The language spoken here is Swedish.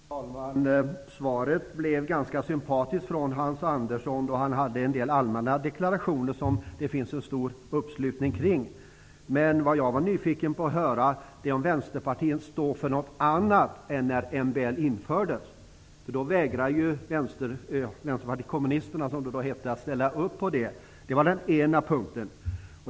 Fru talman! Hans Anderssons svar är ganska sympatiskt. Han kommer nu med en del ganska allmänna deklarationer som det finns en stor uppslutning kring. Jag var dock nyfiken på att få höra om Vänsterpartiet står för något annat nu än man gjorde när MBL infördes. Då vägrade ju Vänsterpartiet kommunisterna, som partiet då hette, att ställa upp. Det är den ena punkten.